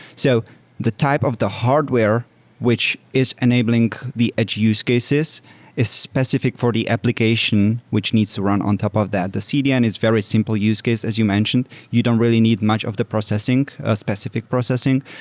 so the type of the hardware which is enabling the edge use cases is specific for the application which needs to run on top of that. the cdn is very simple use case as you mentioned. you don't really need much of the processing, specific processing.